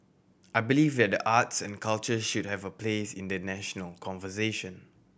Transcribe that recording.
I believe that the arts and culture should have a place in the national conversation